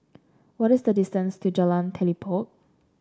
what is the distance to Jalan Telipok